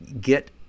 get